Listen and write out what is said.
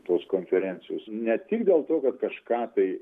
tos konferencijos ne tik dėl to kad kažką tai